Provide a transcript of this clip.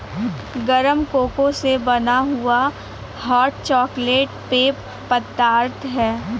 गरम कोको से बना हुआ हॉट चॉकलेट पेय पदार्थ है